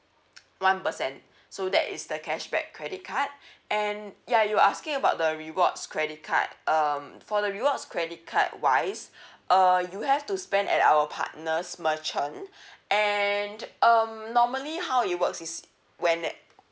one percent so that is the cashback credit card and ya you asking about the rewards credit card um for the rewards credit card wise uh you have to spend at our partners merchant and um normally how it works is when